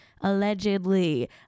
Allegedly